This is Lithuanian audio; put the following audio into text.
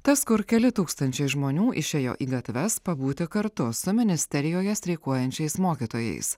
tas kur keli tūkstančiai žmonių išėjo į gatves pabūti kartu su ministerijoje streikuojančiais mokytojais